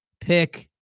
pick